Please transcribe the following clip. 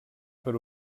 per